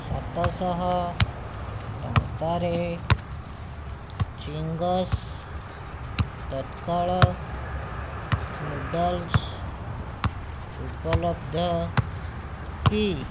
ସାତଶହ ଟଙ୍କାରେ ଚିଙ୍ଗସ୍ ତତ୍କାଳ ନୁଡଲ୍ସ ଉପଲବ୍ଧ କି